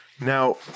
Now